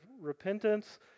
repentance